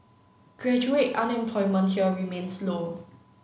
graduate unemployment here remains low